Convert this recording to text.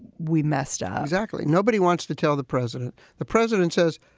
we messed up. exactly nobody wants to tell the president. the president says,